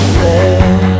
let